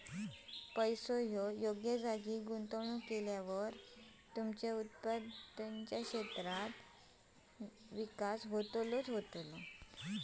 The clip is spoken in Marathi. पैसो योग्य जागी गुंतवल्यावर तुमच्या उत्पादन क्षमतेत विकास होतलो